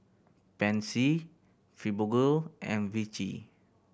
Pansy Fibogel and Vichy